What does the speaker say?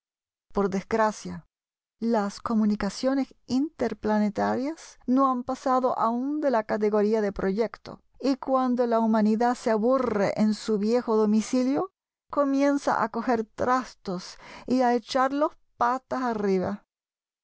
por desgracia las comunicaciones interplanetarias no han pasado aún de la categoría de proyecto y cuando la humanidad se aburre en su viejo domicilio comienza a coger trastos y a echarlos patas arriba